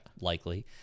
likely